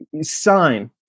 sign